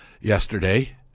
yesterday